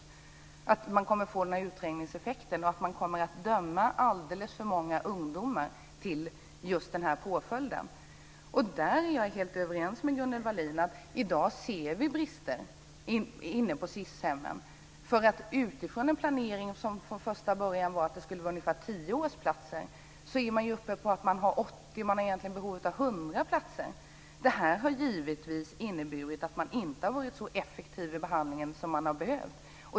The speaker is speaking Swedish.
Resultatet blir då en den här utträngningseffekten; man kommer att döma alldeles för många ungdomar till just nämnda påföljd. Där är jag helt överens med Gunnel Wallin. I dag ser vi brister på SIS-hemmen. Utifrån en planering som från första början innebar att det skulle vara ungefär 10 årsplatser är man nu uppe i ett behov av 80 - ja, egentligen 100 - platser. Detta har givetvis inneburit att man inte har varit så effektiv i behandlingen som hade behövts.